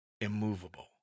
immovable